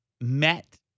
met